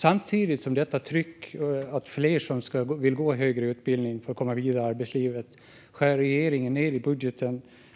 Samtidigt som vi ser detta tryck och att fler vill gå högre utbildning för att komma vidare i arbetslivet skär regeringen ned i